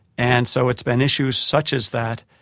and so it's been issues such as that,